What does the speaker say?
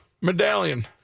medallion